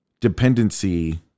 dependency